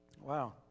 Wow